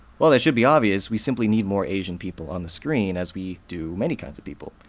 well, that should be obvious we simply need more asian people on the screen, as we do many kinds of people.